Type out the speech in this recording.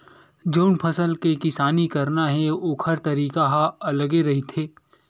जउन फसल के किसानी करना हे ओखर तरीका ह अलगे रहिथे